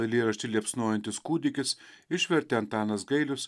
eilėraštį liepsnojantis kūdikis išvertė antanas gailius